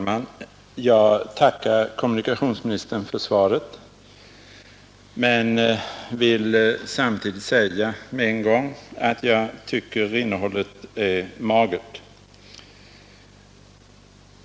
Herr talman! Jag tackar kommunikationsministern för svaret men vill samtidigt genast säga att jag tycker innehållet är magert.